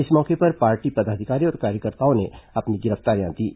इस मौके पर पार्टी पदाधिकारी और कार्यकर्ताओं ने अपनी गिरफ्तारियां दीं